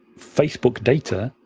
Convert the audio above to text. facebook data